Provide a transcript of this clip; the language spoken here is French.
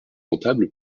comptable